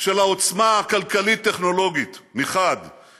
של העוצמה הכלכלית-טכנולוגית מצד אחד,